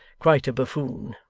quite a buffoon,